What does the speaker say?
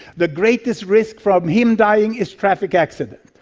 the greatest risk from him dying is traffic accident.